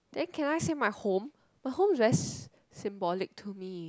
then can I say my home my home is very s~ symbolic to me